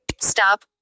stop